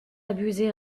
abuser